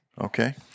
Okay